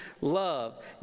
love